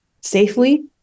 safely